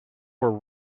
were